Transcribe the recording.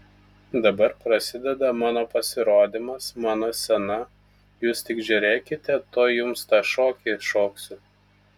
dabar prasideda mano pasirodymas mano scena jūs tik žiūrėkite tuoj jums tą šokį šoksiu